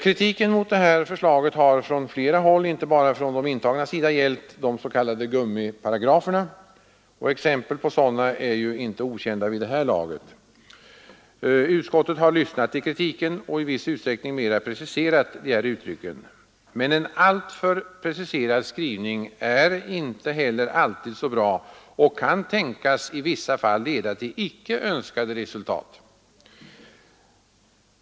Kritiken mot detta förslag har från flera håll — inte bara från de intagna — gällt de s.k. gummiparagraferna. Exempel på sådana är ju inte okända vid det här laget. Utskottet har lyssnat till kritiken och i viss utsträckning mera preciserat dessa uttryck. En alltför preciserad skrivning är inte heller alltid så bra och kan i vissa fall tänkas leda till icke önskade resultat.